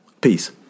Peace